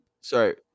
Sorry